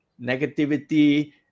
negativity